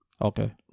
Okay